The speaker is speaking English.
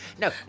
No